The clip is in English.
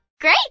Great